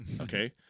Okay